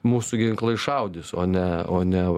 mūsų ginklai šaudys o ne o ne